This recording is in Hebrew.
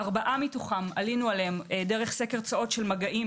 ארבעה מתוכם עלינו עליהם דרך סקר צואות של מגעים